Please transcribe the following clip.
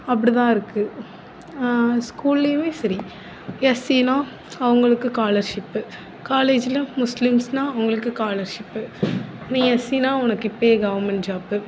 அப்படி தான் இருக்குது ஸ்கூல்லேயுமே சரி எஸ்சினால் அவங்களுக்கு காலர்ஷிப்பு காலேஜில் முஸ்லீம்ஸ்னா அவங்களுக்கு காலர்ஷிப்பு நீ எஸ்சினால் உங்களுக்கு இப்ப கவுர்மெண்ட் ஜாப்